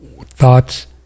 thoughts